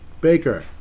Baker